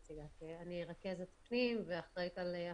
אני רכזת צוות פנים והחלטות 922 ו-2397